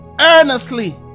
earnestly